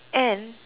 and